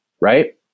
right